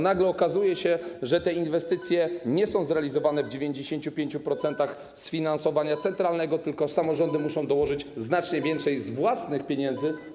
Nagle okazuje się, że te inwestycje nie są zrealizowane w 95% z finansowania centralnego, tylko samorządy muszą dołożyć znacznie więcej z własnych pieniędzy.